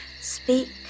Speak